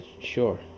sure